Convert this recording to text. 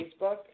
Facebook